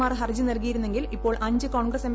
മാർ ഹർജി നൽകിയിരുന്നെങ്കിൽ ഇപ്പോൾ അഞ്ച് കോൺഗ്രസ് എം